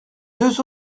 deux